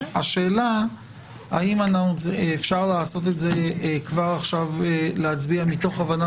השאלה אם אפשר להצביע כבר עכשיו מתוך הבנה